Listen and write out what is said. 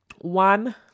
one